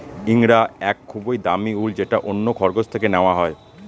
ইঙ্গরা এক খুবই দামি উল যেটা অন্য খরগোশ থেকে নেওয়া হয়